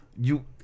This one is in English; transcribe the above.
You-